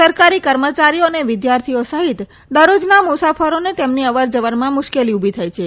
સરકારી કર્મચારીઓ અને વિદ્યાર્થીઓ સહીત દરરોજના મુસાફરોને તેની અવરજવરમાં મુશ્કેલી ઉભી થઇ છે